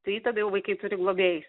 tai tada jau vaikai turi globėjus